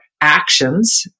actions